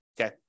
okay